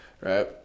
right